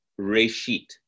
Reshit